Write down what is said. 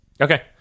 Okay